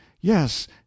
yes